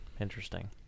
Interesting